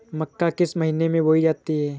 मक्का किस महीने में बोई जाती है?